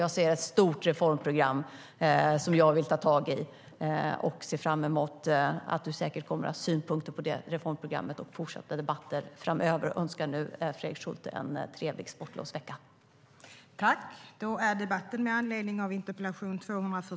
Jag ser ett stort reformprogram som jag vill ta tag i. Och jag ser fram emot de synpunkter på det reformprogrammet som du säkert kommer att ha och fortsatta debatter framöver. Överläggningen var härmed avslutad.